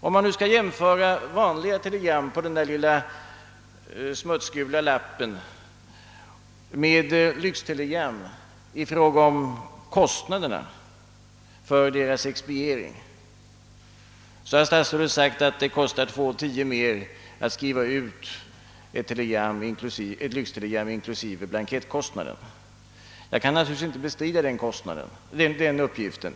Om man nu skall jämföra vanliga telegram på den lilla smutsgula lappen med lyxtelegram i fråga om kostnaderna för deras expediering, så har statsrådet sagt att det kostar 2 kronor 10 öre mer att skriva ut ett lyxtelegram inklusive blankettkostnad. Jag kan naturligtvis inte bestrida den uppgiften.